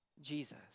Jesus